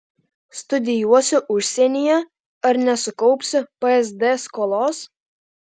studijuosiu užsienyje ar nesukaupsiu psd skolos